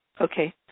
okay